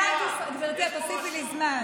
גברתי, את תוסיפי לי זמן.